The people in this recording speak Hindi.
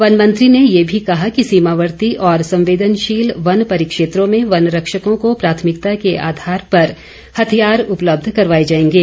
वन मंत्री ने ये भी कहा कि सीमावर्ती और संवदेनशील वन परिक्षेत्रों में वन रक्षकों को प्राथमिकता के आधार पर हथियार उपलब्ध करवाए जाएंगे